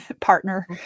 partner